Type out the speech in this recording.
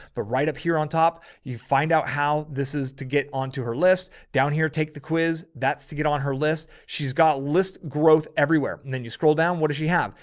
right up here on top, you find out how this is to get onto her list down here, take the quiz that's to get on her list. she's got list growth everywhere, and then you scroll down. what does she have?